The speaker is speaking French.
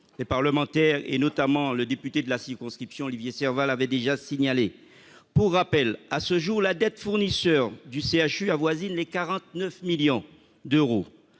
Les parlementaires, notamment le député de la circonscription, Olivier Serva, l'ont déjà signalé. Pour rappel, à ce jour, la dette du CHU envers ses fournisseurs avoisine les 49 millions d'euros.